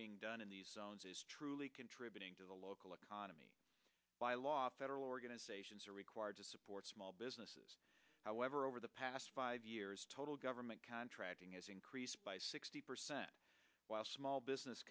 being done in the zones is truly contributing to the local economy by a lot federal organized patients are required to support small businesses however over the past five years total government contracting has increased by sixty percent while small business